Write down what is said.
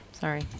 Sorry